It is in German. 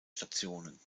stationen